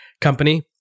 company